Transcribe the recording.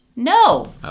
No